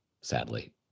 sadly